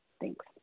thanks